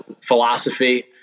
philosophy